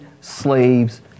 slaves